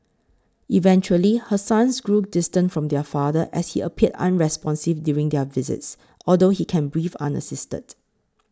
eventually her sons grew distant from their father as he appeared unresponsive during their visits although he can breathe unassisted